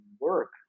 work